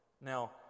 Now